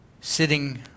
sitting